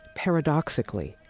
paradoxically,